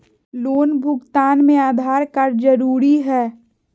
Loan भुगतान में Aadhaar card जरूरी है?